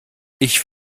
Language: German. ich